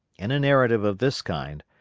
in a narrative of this kind,